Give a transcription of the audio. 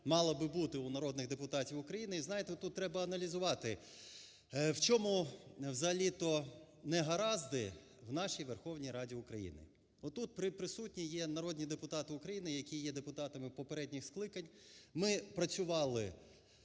мала би бути у народних депутатів України. І, знаєте, отут треба аналізувати, в чому взагалі-то негаразди в нашій Верховній Раді України. Отут присутні є народні депутати України, які є депутатами попередніх скликань. Ми працювали